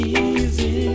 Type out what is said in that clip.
easy